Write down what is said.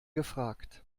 gefragt